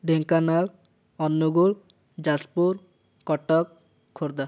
Dhenkanal Angul Jajpur Cuttack Khordha